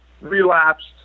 relapsed